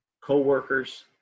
co-workers